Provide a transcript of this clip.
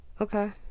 okay